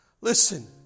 listen